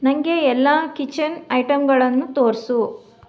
ನನಗೆ ಎಲ್ಲ ಕಿಚನ್ ಐಟಮ್ಗಳನ್ನು ತೋರಿಸು